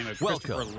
Welcome